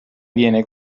viene